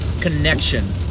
connection